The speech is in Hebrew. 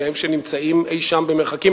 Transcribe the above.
שניהם שנמצאים אי-שם במרחקים,